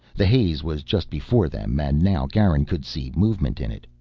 the haze was just before them and now garin could see movement in it,